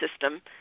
system